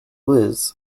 liz